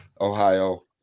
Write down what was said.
ohio